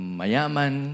mayaman